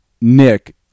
Nick